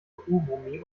uromi